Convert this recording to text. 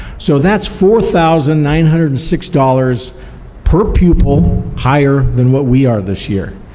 so that's four thousand nine hundred and six dollars per pupil higher than what we are this year.